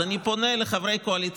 אז אני פונה לחברי קואליציה,